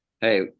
Hey